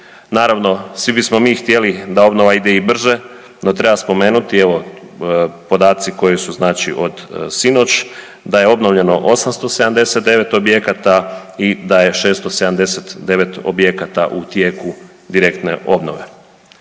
Naravno svi bismo mi htjeli da obnova ide i brže, no treba spomenuti evo podaci koji su znači od sinoć, da je obnovljeno 879 objekata i da je 679 objekata u tijeku direktne obnove.